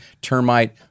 Termite